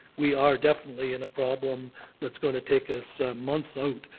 we are definitely in a problem that's going to take us months out.